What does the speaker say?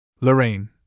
Lorraine